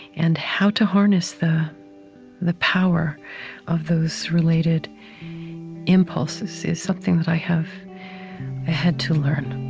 and how to harness the the power of those related impulses is something that i have had to learn